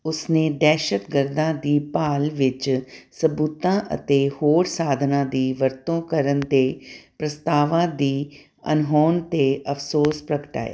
ਉਸਨੇ ਦਹਿਸ਼ਤਗਰਦਾਂ ਦੀ ਭਾਲ ਵਿੱਚ ਸਬੂਤਾਂ ਅਤੇ ਹੋਰ ਸਾਧਨਾਂ ਦੀ ਵਰਤੋਂ ਕਰਨ ਦੇ ਪ੍ਰਸਤਾਵਾਂ ਦੀ ਅਣਹੋਂਦ 'ਤੇ ਅਫਸੋਸ ਪ੍ਰਗਟਾਇਆ